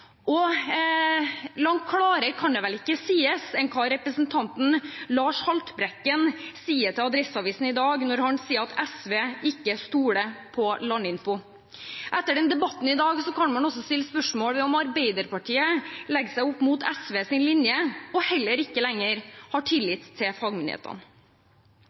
Langt klarere kan det vel ikke sies enn slik representanten Lars Haltbrekken sier det til Adresseavisen i dag, at SV ikke stoler på Landinfo. Etter debatten i dag kan man også stille spørsmål ved om Arbeiderpartiet legger seg opp mot SVs linje og heller ikke har tillit til fagmyndighetene